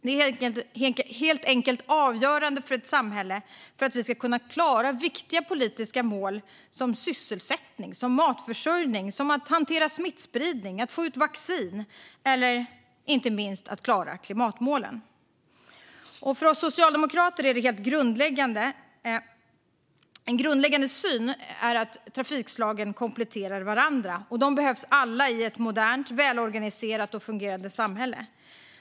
Det är helt enkelt avgörande för ett samhälle, det vill säga för att vi ska klara viktiga politiska mål, till exempel sysselsättning, matförsörjning, hantera smittspridning, få ut vaccin och inte minst klara klimatmålen. En grundläggande syn hos oss socialdemokrater är att trafikslagen kompletterar varandra. De behövs alla i ett modernt, välorganiserat och fungerande samhälle.